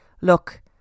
look